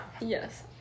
Yes